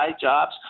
Jobs